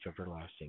everlasting